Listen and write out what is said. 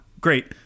Great